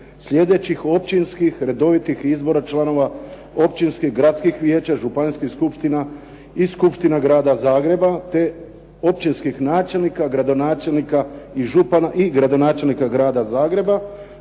sljedećih općinskih redovitih izbora članova općinskih i gradskih vijeća, županijskih skupština i Skupština Grada Zagreba te općinskih načelnika, gradonačelnika i župana i gradonačelnika Grada Zagreba,